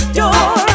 door